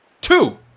Two